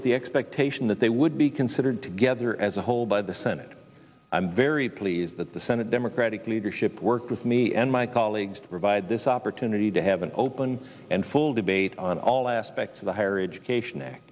with the expectation that they would be considered together as a whole by the senate i'm very pleased that the senate democratic leadership worked with me and my colleagues to provide this opportunity to have an open and full debate on all aspects of the higher education